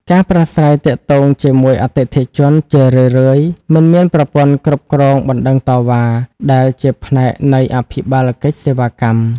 ការប្រាស្រ័យទាក់ទងជាមួយអតិថិជនជារឿយៗមិនមានប្រព័ន្ធគ្រប់គ្រងបណ្ដឹងតវ៉ា ដែលជាផ្នែកនៃអភិបាលកិច្ចសេវាកម្ម។